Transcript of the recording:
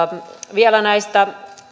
vielä näistä